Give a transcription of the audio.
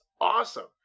awesome